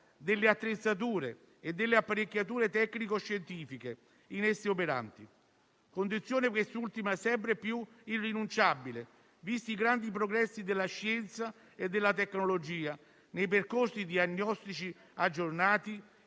delle attrezzature e delle apparecchiature tecnico-scientifiche in esse operanti, condizione quest'ultima sempre più irrinunciabile, visti i grandi progressi della scienza e della tecnologia nei percorsi diagnostici aggiornati